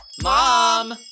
Mom